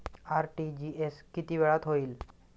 RTGS किती वेळात होईल?